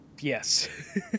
Yes